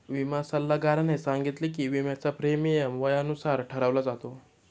विमा सल्लागाराने सांगितले की, विम्याचा प्रीमियम वयानुसार ठरवला जातो